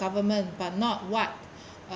government but not what